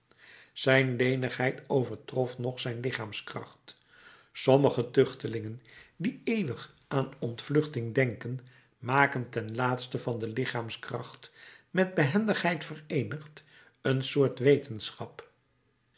zijn lenigheid overtrof nog zijn lichaamskracht sommige tuchtelingen die eeuwig aan ontvluchting denken maken ten laatste van de lichaamskracht met behendigheid vereenigd een soort wetenschap